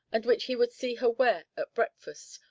and which he would see her wear at breakfast,